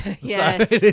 Yes